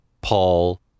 Paul